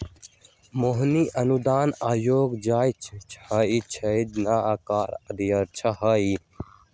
मोहिनी अनुदान आयोग जे होई छई न ओकरे अध्यक्षा हई